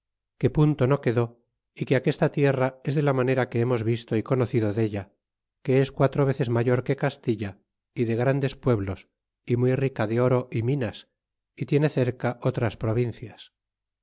que punto no quedó é que aquesta tierra es de la manera que hemos visto y conocido della que es quatro veces mayor que castilla y de grandes pueblos y muy rica de oro y minas y tiene cerca otras provincias